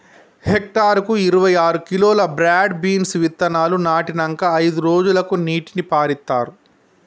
hectare కు ఇరవై ఆరు కిలోలు బ్రాడ్ బీన్స్ విత్తనాలు నాటినంకా అయిదు రోజులకు నీటిని పారిత్తార్